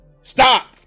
Stop